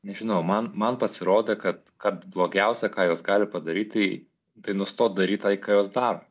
nežinau man man pasirodė kad kad blogiausia ką jos gali padaryt tai tai nustot daryt tai ką jos daro